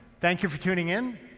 thank you for tuning in.